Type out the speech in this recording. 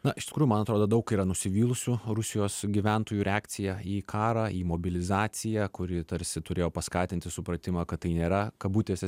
na iš tikrųjų man atrodo daug yra nusivylusių rusijos gyventojų reakcija į karą į mobilizaciją kuri tarsi turėjo paskatinti supratimą kad tai nėra kabutėse